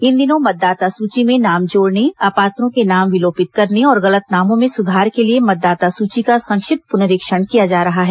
इन दिनों मतदाता सूची में नाम जोड़ने अपात्रों के नाम विलोपित करने और गलत नामों में सुधार के लिए मतदाता सूची का संक्षिप्त पुनरीक्षण किया जा रहा है